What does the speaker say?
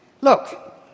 look